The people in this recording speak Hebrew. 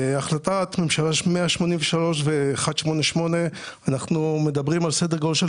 בהחלטת הממשלה 183 ו-188 אנחנו מדברים על סדר גודל של